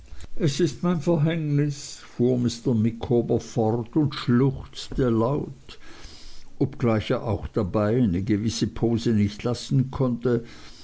es ist mein verhängnis fuhr mr micawber fort und schluchzte laut obgleich er auch dabei eine gewisse pose nicht lassen konnte